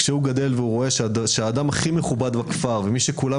כשהוא רואה שהאדם הכי מכובד בכפר ומי שכולם